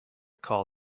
call